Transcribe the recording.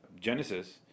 Genesis